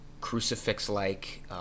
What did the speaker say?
crucifix-like